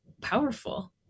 powerful